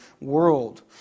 world